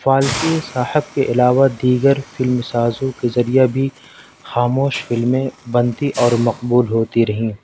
فالکے صاحب کے علاوہ دیگر فلم سازوں کے ذریعہ بھی خاموش فلمیں بنتی اور مقبول ہوتی رہیں